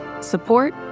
support